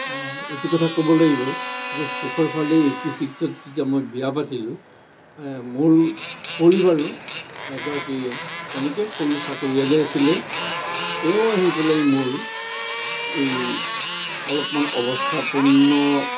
এইটো কথা ক'ব লাগিব যে শেষৰফালেই এইটি ছিক্সত যেতিয়া মই বিয়া পাতিলোঁ মোৰ পৰিবাৰো এগৰাকী তেনেকৈ সৰু চাকৰিয়ালেই আছিলে তেওঁ আহি পেলাই মোৰ এই অলপমান অৱস্থাপূৰ্ণ